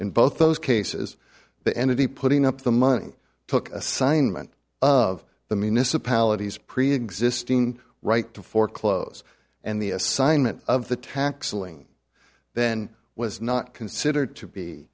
in both those cases the entity putting up the money took assignment of the municipality as preexisting right to foreclose and the assignment of the tax aling then was not considered to be